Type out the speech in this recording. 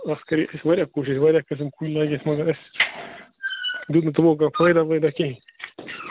اَتھ کراے اَسہِ وارِیاہ کوٗشِش وارِیاہ قٕسٕم کُلۍ لٲگۍ اَسہِ مگر اَسہِ دیُت نہٕ تِمو کانٛہہ فٲیدا وٲیِدا کِہیٖنۍ